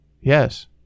Yes